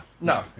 no